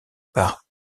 par